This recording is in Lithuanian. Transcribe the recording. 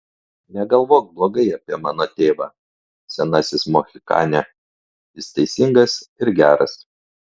negalvok blogai apie mano tėvą senasis mohikane jis teisingas ir geras